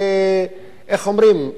איך אומרים,